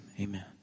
amen